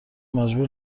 مجبور